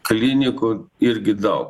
klinikų irgi daug